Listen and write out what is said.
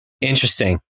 interesting